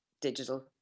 digital